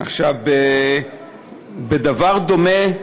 בדבר דומה,